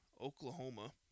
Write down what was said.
Oklahoma